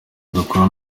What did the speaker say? dukora